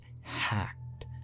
hacked